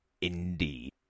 Indeed